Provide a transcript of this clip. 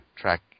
track